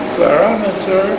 parameter